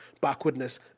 backwardness